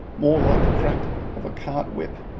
more like the crack of a cart-whip,